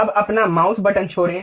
अब अपना mouse button छोड़ें